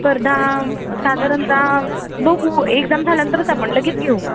स्पर्धा साधारणत बघू एक्जाम झाल्यानंतरच आपण लगेच घेऊ